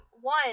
one